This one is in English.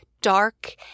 Dark